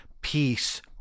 peace